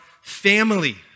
family